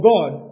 God